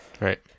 right